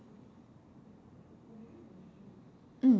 mm